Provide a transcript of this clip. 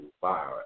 fire